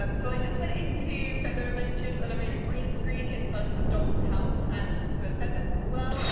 um so i just went into feather adventures, and i made a green screen inside of the dog's house, and for feathers as well.